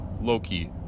Loki